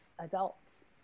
adults